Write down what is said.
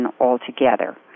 altogether